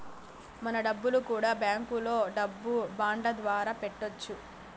మన డబ్బులు కూడా బ్యాంకులో డబ్బు బాండ్ల ద్వారా పెట్టొచ్చు